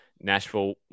Nashville